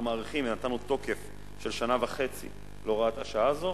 נתנו תוקף של שנה וחצי להוראת השעה הזאת,